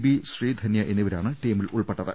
B Sreedhanya എന്നിവരാണ് ടീമിൽ ഉൾപെ ട്ടത്